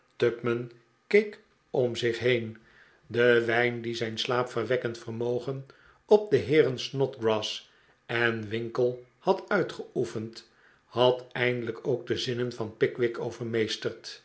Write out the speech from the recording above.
keek om zich heen de wijn die zijn slaapverwekkend vermogen op de heeren snodgrass en winkle had uitgeoefend had eindelijk ook de zinnen van pickwick